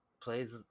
plays